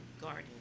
Garden